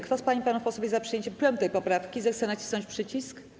Kto z pań i panów posłów jest za przyjęciem 5. poprawki, zechce nacisnąć przycisk.